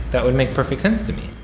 that would make perfect sense to me.